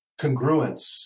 congruence